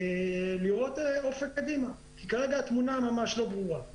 לראות אופק קדימה כי כרגע התמונה ממש לא ברורה.